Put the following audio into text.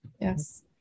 Yes